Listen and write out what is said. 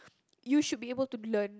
you should be able to learn